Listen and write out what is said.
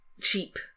cheap